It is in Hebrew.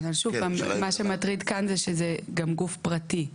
שוב פעם, מה שמטריד כאן שזה גם גוף פרטי.